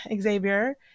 Xavier